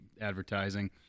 advertising